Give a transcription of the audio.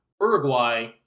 Uruguay